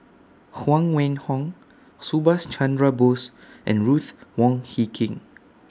Huang Wenhong Subhas Chandra Bose and Ruth Wong Hie King